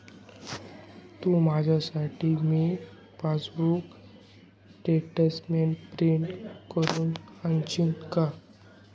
तू माझ्यासाठी माझी passbook statement print करून आणशील का?